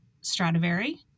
Stradivari